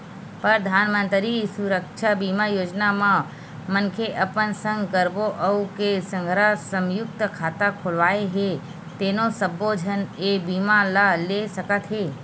परधानमंतरी सुरक्छा बीमा योजना म मनखे अपन संग कखरो अउ के संघरा संयुक्त खाता खोलवाए हे तेनो सब्बो झन ए बीमा ल ले सकत हे